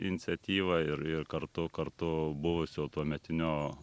iniciatyva ir ir kartu kartu buvusio tuometinio